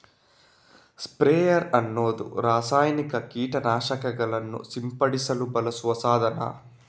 sprayer ಅನ್ನುದು ರಾಸಾಯನಿಕ ಕೀಟ ನಾಶಕಗಳನ್ನ ಸಿಂಪಡಿಸಲು ಬಳಸುವ ಸಾಧನ